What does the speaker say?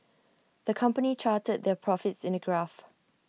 the company charted their profits in A graph